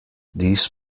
dies